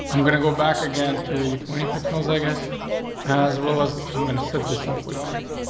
i'm gonna go back again to twenty pixels. i guess as well as i'm gonna set this up with green.